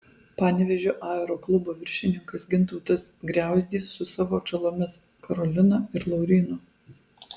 panevėžio aeroklubo viršininkas gintautas griauzdė su savo atžalomis karolina ir laurynu